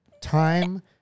time